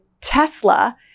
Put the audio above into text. Tesla